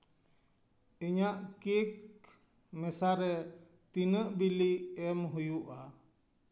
ᱤᱧᱟᱹᱜ ᱠᱮ ᱠ ᱢᱮᱥᱟᱨᱮ ᱛᱤᱱᱟᱹᱜ ᱵᱤᱞᱤ ᱮᱢ ᱦᱩᱭᱩᱜᱼᱟ